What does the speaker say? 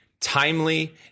timely